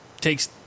takes